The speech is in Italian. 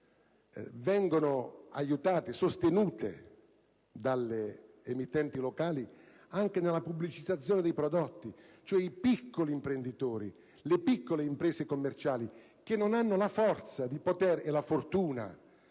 vengono sostenute dalle emittenti locali anche nella pubblicizzazione dei prodotti, nel senso che i piccoli imprenditori o le piccole imprese commerciali, che non hanno la forza e la fortuna